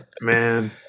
Man